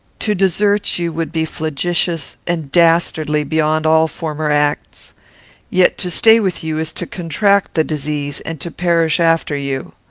to desert you would be flagitious and dastardly beyond all former acts yet to stay with you is to contract the disease, and to perish after you.